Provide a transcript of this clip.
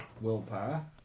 Willpower